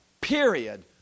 Period